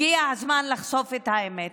הגיע הזמן לחשוף את האמת.